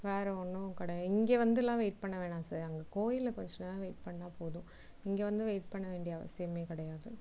வேறே ஒன்றும் கிடையாது இங்கே வந்துலாம் வெயிட் பண்ண வேணாம் சார் அங்கே கோயிலில் கொஞ்ச நேரம் வெயிட் பண்ணால் போதும் இங்கே வந்து வெயிட் பண்ண வேண்டிய அவசியமே கிடையாது